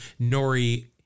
Nori